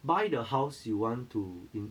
buy the house you want to in~